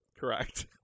Correct